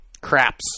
Craps